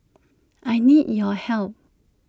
I need your help